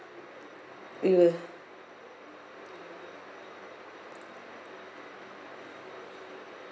we were